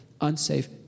unsafe